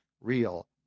real